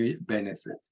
benefit